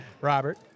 Robert